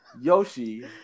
Yoshi